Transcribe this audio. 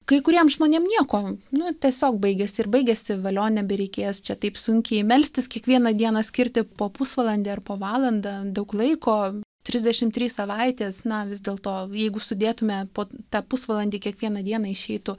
kai kuriem žmonėm nieko nu tiesiog baigiasi ir baigiasi valio nebereikės čia taip sunkiai melstis kiekvieną dieną skirti po pusvalandį ar po valandą daug laiko trisdešim trys savaitės na vis dėlto jeigu sudėtume po tą pusvalandį kiekvieną dieną išeitų